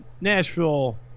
Nashville